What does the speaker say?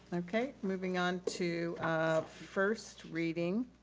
okay, moving on to first reading.